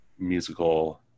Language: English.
musical